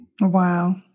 Wow